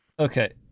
Okay